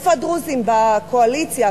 איפה הדרוזים בקואליציה?